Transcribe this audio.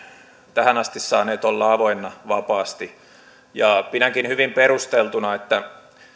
tähän asti saaneet olla avoinna vapaasti pidänkin hyvin perusteltuna että